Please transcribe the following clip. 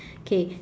okay